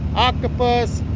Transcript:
octopus